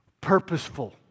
purposeful